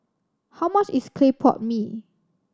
how much is clay pot mee